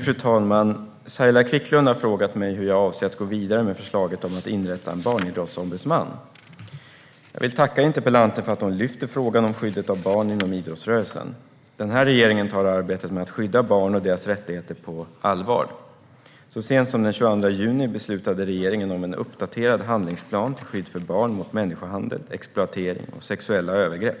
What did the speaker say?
Fru talman! Saila Quicklund har frågat mig hur jag avser att gå vidare med förslaget om att inrätta en barnidrottsombudsman. Jag vill tacka interpellanten för att hon lyfter frågan om skyddet av barn inom idrottsrörelsen. Den här regeringen tar arbetet med att skydda barn och deras rättigheter på allvar. Så sent som den 22 juni beslutade regeringen om en uppdaterad handlingsplan till skydd för barn mot människohandel, exploatering och sexuella övergrepp.